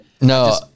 No